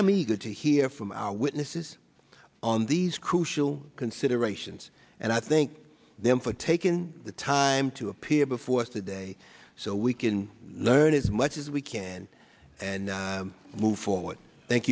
eager to hear from our witnesses on these crucial considerations and i think them for taking the time to appear before us today so we can learn as much as we can and move forward thank